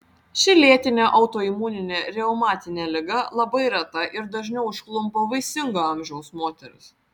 ši lėtinė autoimuninė reumatinė liga labai reta ir dažniau užklumpa vaisingo amžiaus moteris